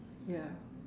ya